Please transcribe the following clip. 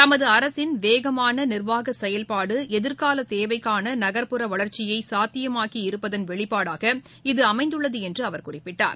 தமது அரசின் வேகமான நிர்வாக செயல்பாடு எதிர்கால தேவைக்கான நகர்புற வளர்ச்சியை சாத்தியமாக்கி இருப்பதன் வெளிப்பாடாக இது அமைந்துள்ளது என்று அவர் குறிப்பிட்டார்